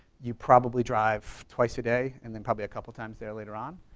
you probably drive twice a day and then probably a couple times there later on.